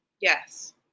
Yes